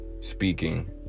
speaking